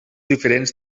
diferents